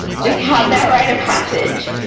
just have that right of passage.